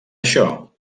això